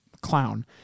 clown